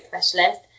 specialist